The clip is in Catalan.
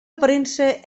aparença